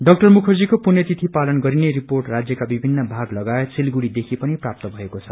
ड़ा मुखर्जीको पुण्यतिथि पालन गरिने रिपोंअ राज्यका विभिन्न भाग लगायत सिलिगुड़ी देखि पनि प्राप्त भएको छ